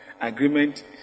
agreement